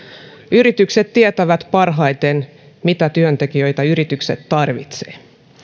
yritykset tietävät parhaiten mitä työntekijöitä yritykset tarvitsevat